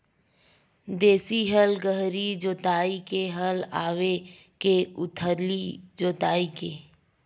देशी हल गहरी जोताई के हल आवे के उथली जोताई के?